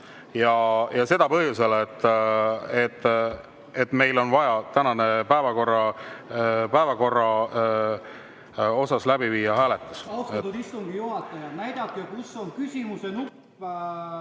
Ja seda põhjusel, et meil on vaja tänase päevakorra osas läbi viia hääletus.(Kalle